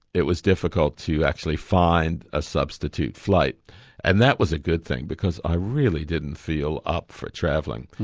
it was difficult to actually find a substitute flight and that was a good thing because i really didn't feel up for travelling,